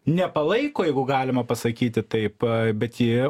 nepalaiko jeigu galima pasakyti taip bet ji